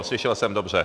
Slyšel jsem dobře?